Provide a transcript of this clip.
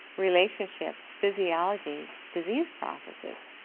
relationships, physiology, disease processes,